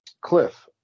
Cliff